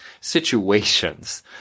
situations